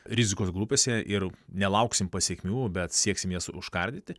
rizikos grupėse ir nelauksim pasekmių bet sieksim jas užkardyti